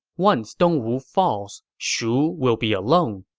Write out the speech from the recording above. once dongwu falls, shu will be alone.